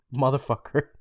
motherfucker